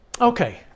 Okay